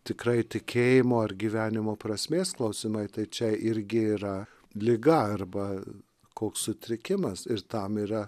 tikrai tikėjimo ir gyvenimo prasmės klausimai tai čia irgi yra liga arba koks sutrikimas ir tam yra